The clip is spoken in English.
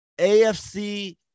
AFC